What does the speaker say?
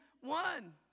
one